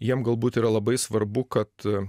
jiem galbūt yra labai svarbu kad